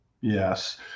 Yes